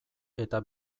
eta